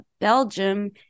Belgium